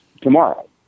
tomorrow